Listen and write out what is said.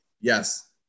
Yes